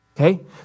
Okay